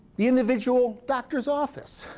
the individual doctor's office,